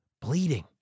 bleeding